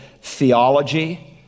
theology